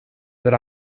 that